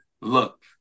Look